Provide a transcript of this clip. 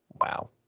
Wow